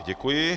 Děkuji.